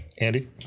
Andy